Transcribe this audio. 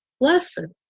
lesson